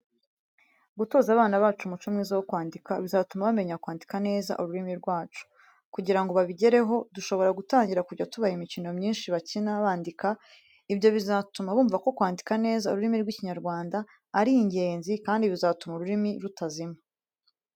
Gutoza abana umuco mwiza wo kwandika, bizatuma bamenya kwandika neza ururimi rwacu. Kugira ngo babigireho dushobora gutangira kujya tubaha imikino myinshi bakina bandika. Ibyo bizatuma bumva ko kwandika neza ururimi rw'ikinyarwanda ari ingenzi kandi bizatuma ururimi rutazima.